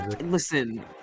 listen